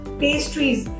pastries